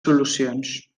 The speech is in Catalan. solucions